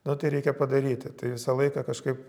nu tai reikia padaryti tai visą laiką kažkaip